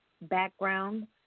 background